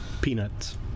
peanuts